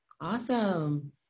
Awesome